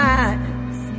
eyes